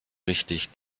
richtig